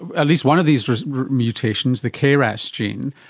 at least one of these mutations, the kras gene,